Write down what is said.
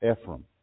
Ephraim